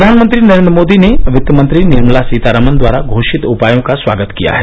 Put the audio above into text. प्रधानमंत्री नरेन्द्र मोदी ने वित्तमंत्री निर्मला सीतारामन द्वारा घोषित उपायों का स्वागत किया है